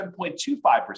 7.25%